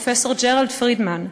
פרופסור ג'רלד פרידמן,